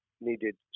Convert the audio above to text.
needed